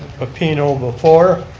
ah pepino before,